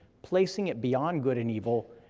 placing it beyond good and evil,